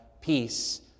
peace